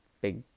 big